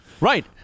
Right